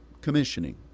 commissioning